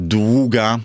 długa